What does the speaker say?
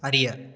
அறிய